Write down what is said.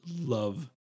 love